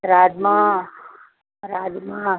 rajma rajma